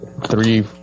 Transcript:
three